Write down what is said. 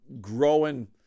growing